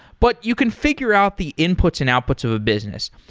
but you can figure out the inputs and outputs of a business.